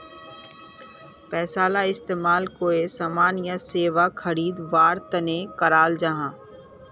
पैसाला इस्तेमाल कोए सामान या सेवा खरीद वार तने कराल जहा